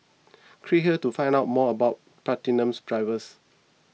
click here to find out more about platinum drivers